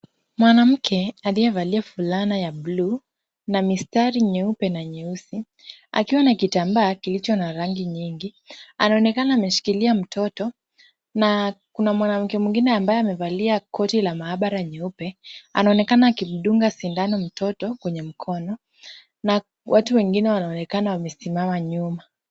Mwanamke aliye valia fulana ya bluu na mistari nyeupe na nyeusi, akiwa na kitambaa kilicho na rangi nyingi, anaonekana ameshikilia mtoto, na kuna mwanaume mwingine amevalia koti la maabara nyeupe, anaonekana akimdunga sindano mtoto kwenye mkono, na watu wengine wanaonekana wamesimama nyuma.